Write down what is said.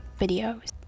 videos